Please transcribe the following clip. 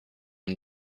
him